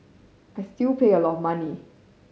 I still pay a lot of money